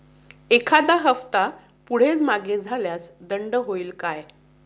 एखादा हफ्ता पुढे मागे झाल्यास दंड होईल काय?